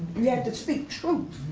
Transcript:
yeah have to speak truth